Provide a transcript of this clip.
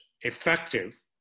effective